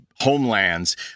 homelands